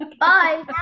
Bye